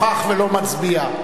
45 בעד, 35 נגד, אחד נוכח ולא מצביע.